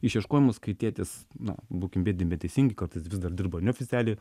išieškojimus kai tėtis na būkim biedni bet teisingi kartais vis dar dirba neoficialiai